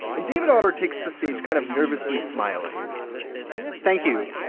and david autor takes the stage kind of nervously smiling thank you.